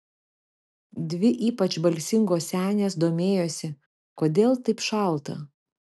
dvi ypač balsingos senės domėjosi kodėl taip šalta